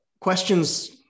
questions